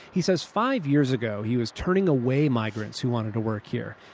he says five years ago, he was turning away migrants who wanted to work here.